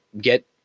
get